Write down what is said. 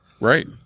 Right